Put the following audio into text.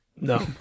No